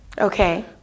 Okay